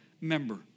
member